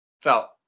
felt